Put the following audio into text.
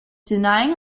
denying